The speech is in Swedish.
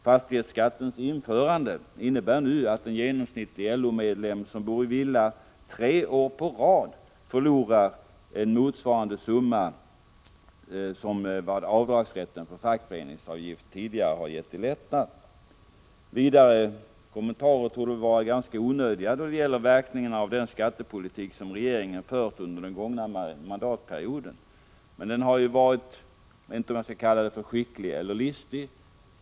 Fastighetsskattens införande innebär att en genomsnittlig LO-medlem som bor i villa tre år på rad förlorar en summa ungefär motsvarande vad avdragsrätten för fackföreningsavgiften tidigare har gett i lättnad. Vidare kommentarer torde väl vara onödiga då det gäller verkningarna av den skattepolitik som regeringen fört under den gångna mandatperioden. Den har ju varit någonting som jag skulle vilja kalla för skicklig eller listig.